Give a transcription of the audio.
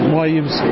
wives